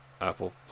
Apple